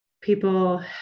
people